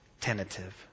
tentative